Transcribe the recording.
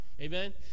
amen